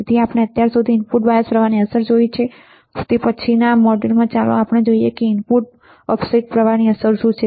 તેથી અત્યારે આપણે ઇનપુટ બાયસ પ્રવાહની અસર શું જોઈ છે તે પછીના મોડ્યુલ ચાલો જોઈએ કે ઇનપુટ ઓફસેટ પ્રવાહની અસર શું છે